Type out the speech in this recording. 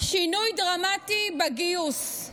שינוי דרמטי בגיוס.